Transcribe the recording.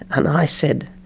and i said,